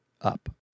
up